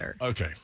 okay